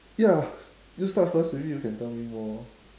ya you start first maybe you can tell me more